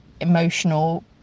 emotional